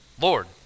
Lord